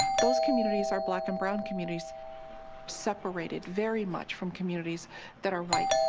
those communities are black and brown communities separated very much from communities that are white.